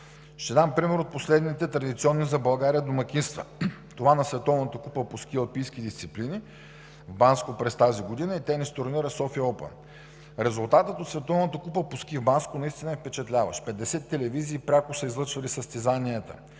Ще дам пример от последните традиционни за България домакинства – това на Световната купа по ски алпийски дисциплини в Банско през тази година и тенис турнира „София оупън“. Резултатът от Световната купа по ски в Банско наистина е впечатляващ – 50 телевизии пряко са излъчвали състезанията.